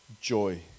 joy